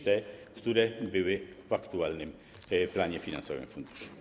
które były w aktualnym planie finansowym funduszu.